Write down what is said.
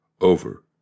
over